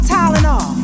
Tylenol